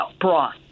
broth